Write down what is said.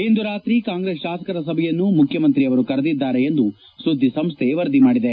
ಇಂದು ರಾತ್ರಿ ಕಾಂಗ್ರೆಸ್ ಶಾಸಕರ ಸಭೆಯನ್ನು ಮುಖ್ಯಮಂತ್ರಿಯವರು ಕರೆದಿದ್ದಾರೆ ಎಂದು ಸುದ್ದಿ ಸಂಸ್ಥೆ ವರದಿ ಮಾಡಿದೆ